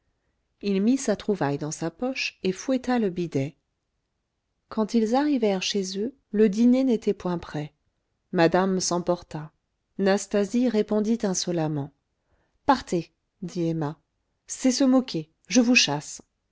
il mit sa trouvaille dans sa poche et fouetta le bidet quand ils arrivèrent chez eux le dîner n'était point prêt madame s'emporta nastasie répondit insolemment partez dit emma c'est se moquer je vous chasse